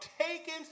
taking